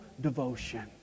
devotion